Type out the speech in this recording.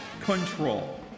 Control